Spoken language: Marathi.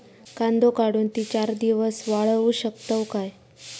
कांदो काढुन ती चार दिवस वाळऊ शकतव काय?